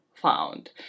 found